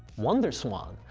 wonderswan,